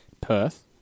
Perth